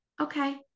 Okay